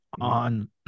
On